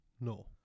no